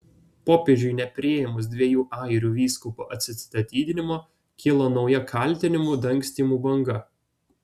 popiežiui nepriėmus dviejų airių vyskupų atsistatydinimo kilo nauja kaltinimų dangstymu banga